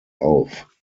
auf